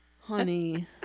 Honey